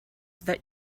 that